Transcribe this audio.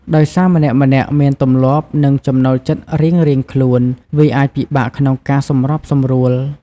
ដោយសារម្នាក់ៗមានទម្លាប់ និងចំណូលចិត្តរៀងៗខ្លួន វាអាចពិបាកក្នុងការសម្របសម្រួល។